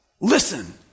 Listen